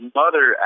mother